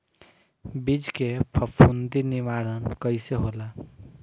बीज के फफूंदी निवारण कईसे होला?